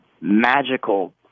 magical